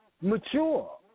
mature